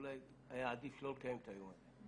אולי היה עדיף שלא לקיים את היום הזה.